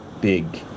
big